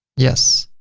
yes.